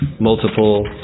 multiple